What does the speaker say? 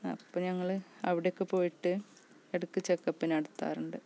അപ്പം ഞങ്ങൾ അവിടെയൊക്കെ പോയിട്ട് ഇടക്ക് ചെക്കപ്പ് നടത്താറുണ്ട്